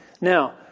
Now